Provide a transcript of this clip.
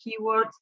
keywords